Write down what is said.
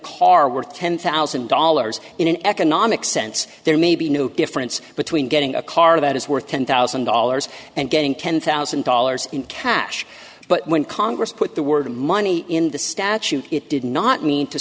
car worth ten thousand dollars in an economic sense there may be no difference between getting a car that is worth ten thousand dollars and getting ten thousand dollars in cash but when congress put the word money in the statute it did not mean to